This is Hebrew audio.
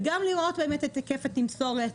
וגם לראות את היקף התמסורת,